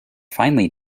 finely